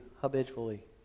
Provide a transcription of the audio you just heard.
habitually